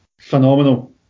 phenomenal